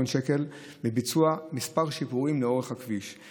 שקל בביצוע כמה שיפורים לאורך הכביש,